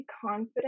confident